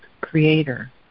creator